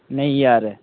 नेईं यार